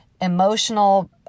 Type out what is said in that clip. emotional